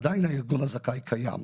הארגון הזכאי קיים.